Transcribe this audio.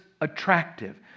attractive